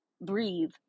breathe